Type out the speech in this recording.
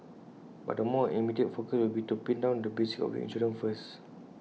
but the more immediate focus will be to pin down the basics of the insurance first